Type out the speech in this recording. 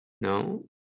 No